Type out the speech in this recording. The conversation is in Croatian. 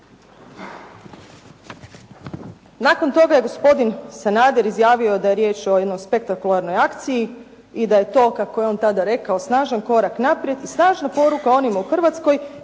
Nakon toga je gospodin Sanader izjavio da je riječ o jednoj spektakularnoj akciji i da je to, kako je on tada rekao snažan korak naprijed, snažna poruka onima u Hrvatskoj